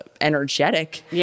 energetic